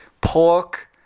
pork